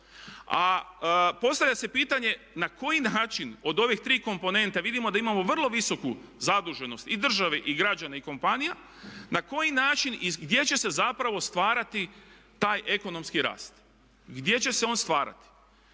A postavlja se pitanje na koji način od ovih tri komponenta vidimo da imamo vrlo visoku zaduženost i države i građana i kompanija, na koji način i gdje će se zapravo stvarati taj ekonomski rast, gdje će se on stvarati.